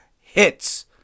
hits